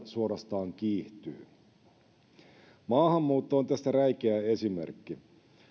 suorastaan kiihtyy maahanmuutto on tästä räikeä esimerkki